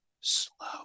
slow